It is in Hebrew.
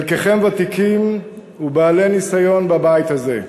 חלקכם ותיקים ובעלי ניסיון בבית הזה,